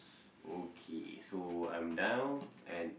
okay so I'm down and